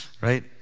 Right